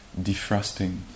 defrosting